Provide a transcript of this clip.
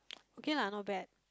okay lah not bad